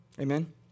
Amen